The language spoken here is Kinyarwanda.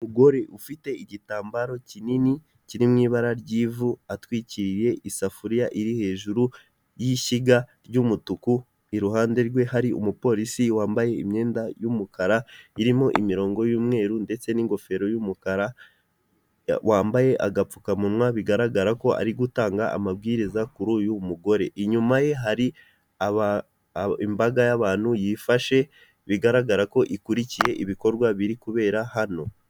Umugore ufite igitambaro kinini kiri mu ibara ry'ivu atwikiriye isafuriya iri hejuru y'ishyiga ry'umutuku, iruhande rwe hari umupolisi wambaye imyenda y'umukara irimo imirongo y'umweru ndetse n'ingofero y'umukara, wambaye agapfukamunwa bigaragara ko ari gutanga amabwiriza kuri uyu mugore, inyuma ye hari imbaga y'abantu yifashe bigaragara ko ikurikiye ibikorwa biri kubera hano.